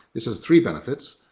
this has three benefits.